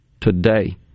today